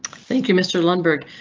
thank you, mr lundberg,